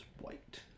white